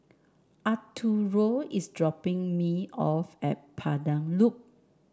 Arturo is dropping me off at Pandan Loop